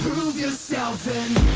yourself and